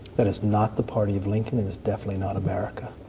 that is not the party of lincoln, and it's definitely not america.